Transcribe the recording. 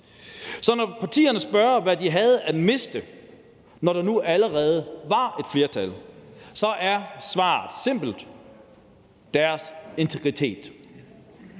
Så når partierne spørger, hvad de havde at miste, når der nu allerede var et flertal, så er svaret simpelt: Deres integritet.